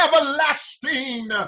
everlasting